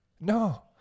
No